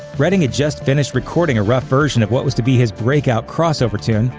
redding had just finished recording a rough version of what was to be his breakout crossover tune,